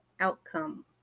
outcome